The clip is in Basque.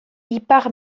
ipar